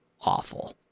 awful